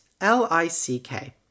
L-I-C-K